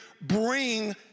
bring